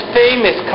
famous